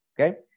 Okay